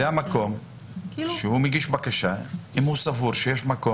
זה המקום שהוא מגיש בקשה אם הוא סבור שיש מקום